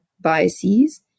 biases